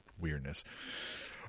weirdness